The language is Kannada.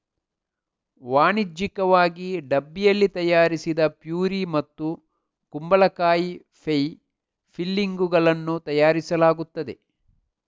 ವಾಣಿಜ್ಯಿಕವಾಗಿ ಡಬ್ಬಿಯಲ್ಲಿ ತಯಾರಿಸಿದ ಪ್ಯೂರಿ ಮತ್ತು ಕುಂಬಳಕಾಯಿ ಪೈ ಫಿಲ್ಲಿಂಗುಗಳನ್ನು ತಯಾರಿಸಲಾಗುತ್ತದೆ